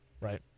Right